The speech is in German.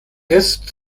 lässt